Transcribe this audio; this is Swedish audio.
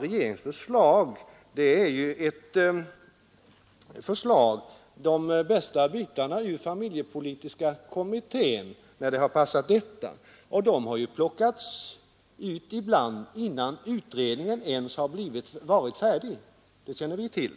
Regeringens förslag tar upp de bästa bitarna ur det som familjepolitiska kommittén kommit fram till, och de har plockats ut ibland redan innan utredningen varit färdig, det känner vi till.